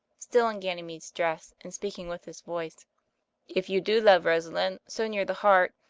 still in ganymede's dress and speaking with his voice if you do love rosalind so near the heart,